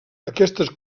aquestes